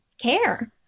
care